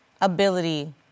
ability